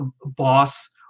boss